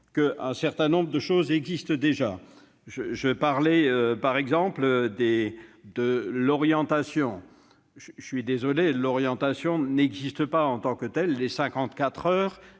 qu'un certain nombre d'outils existent déjà. Je vais parler de l'orientation : j'en suis désolé, mais l'orientation n'existe pas en tant que telle : les 54 heures